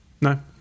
No